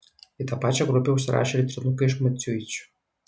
į tą pačią grupę užsirašė ir trynukai iš maciuičių